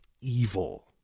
evil